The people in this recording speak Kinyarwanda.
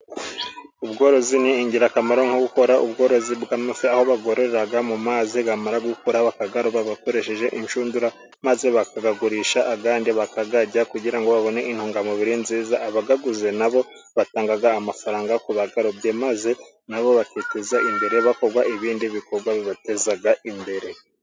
Ubworozi ni ingirakamaro nko gukora ubworozi bw'amafi, aho babwororera mu mazi yamara gukura bakayaroba bakoresheje inshundura maze bakayagurisha, ayandi bakayarya kugira ngo babone intungamubiri nziza, abayaguze n'abo batanga amafaranga ku bayarobye maze n'abo bakiteza imbere bakorwa ibindi bikorwa bibateza imbere.